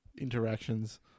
interactions